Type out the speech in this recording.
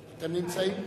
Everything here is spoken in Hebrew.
אתם נמצאים.